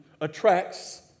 attracts